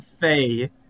Faye